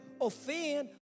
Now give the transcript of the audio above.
offend